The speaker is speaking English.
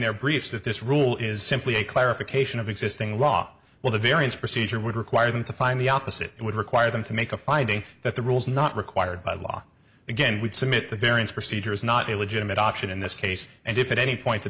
their briefs that this rule is simply a clarification of existing law well the variance procedure would require them to find the opposite it would require them to make a finding that the rules not required by law again would submit the variance procedure is not a legitimate option in this case and if at any point the